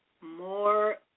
more